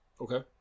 Okay